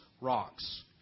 rocks